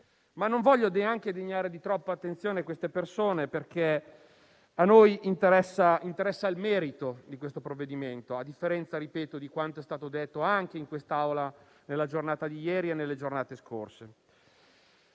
ma non voglio neanche degnare di troppa attenzione queste persone perché a noi interessa il merito di questo provvedimento, a differenza - ripeto - di quanto è stato detto anche in questa Aula nella giornata di ieri e nelle giornate